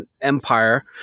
Empire